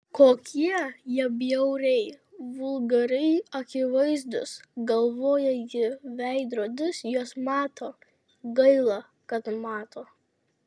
kokie jie bjauriai vulgariai akivaizdūs galvoja ji veidrodis juos mato gaila kad mato